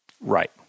Right